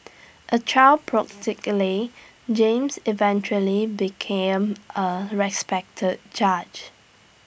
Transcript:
A child prodigally James eventually became A respected judge